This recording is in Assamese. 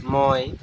মই